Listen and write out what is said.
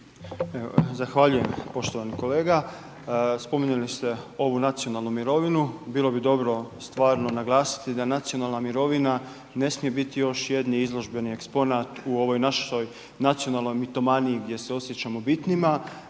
Zahvaljujem. Poštovani kolega, spominjali ste ovu nacionalnu mirovinu, bilo bi dobro stvarno naglasiti da nacionalna mirovina ne smije biti jedan izložbeni eksponat u ovoj našoj mitomaniji gdje se osjećamo bitnima